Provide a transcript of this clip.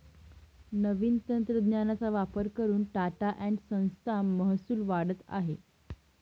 नवीन तंत्रज्ञानाचा वापर करून टाटा एन्ड संस चा महसूल वाढत आहे